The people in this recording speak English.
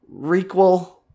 requel